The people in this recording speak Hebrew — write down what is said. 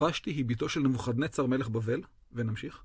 וושתי היא ביתו של נבוכדנצר מלך בבל, ונמשיך.